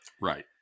Right